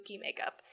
makeup